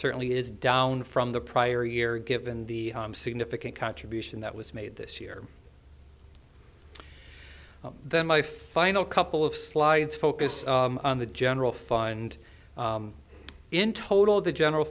certainly is down from the prior year given the significant contribution that was made this year then my final couple of slides focused on the general fund in total of the general